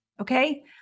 okay